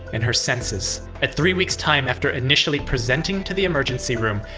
and her senses. at three weeks time after initially presenting to the emergency room,